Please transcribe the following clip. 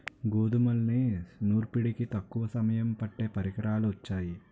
గోధుమల్ని నూర్పిడికి తక్కువ సమయం పట్టే పరికరాలు వొచ్చాయి